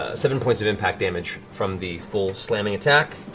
ah seven points of impact damage from the full slamming attack.